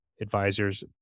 advisors